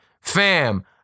Fam